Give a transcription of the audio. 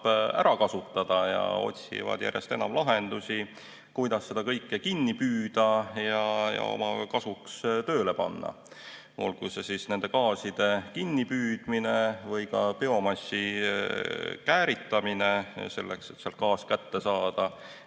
ära kasutada. Nad otsivad järjest enam lahendusi, kuidas seda kõike kinni püüda ja oma kasuks tööle panna, olgu see siis nende gaaside kinnipüüdmine või ka biomassi kääritamine, selleks et sealt gaas kätte saada